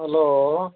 hello